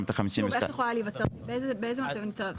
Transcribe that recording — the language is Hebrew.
את ה-52% --- באיזה מצב זה יכול להיווצר?